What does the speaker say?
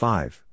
Five